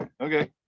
Okay